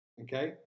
okay